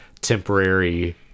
temporary